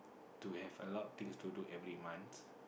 to have a lot things to do every months